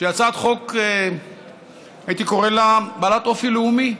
שהיא הצעת חוק, הייתי קורא לה בעלת אופי לאומי.